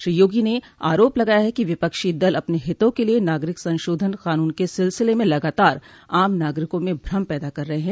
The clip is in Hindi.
श्री योगी ने आरोप लगाया है कि विपक्षी दल अपने हितों के लिये नागरिक संशोधन कानून के सिलसिले में लगातार आम नागरिकों में भ्रम पैदा कर रहे हैं